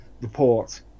report